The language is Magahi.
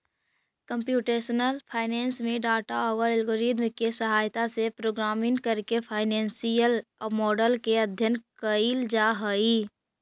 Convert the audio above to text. कंप्यूटेशनल फाइनेंस में डाटा औउर एल्गोरिदम के सहायता से प्रोग्रामिंग करके फाइनेंसियल मॉडल के अध्ययन कईल जा हई